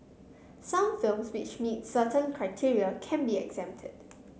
some films which meet certain criteria can be exempted